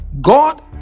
God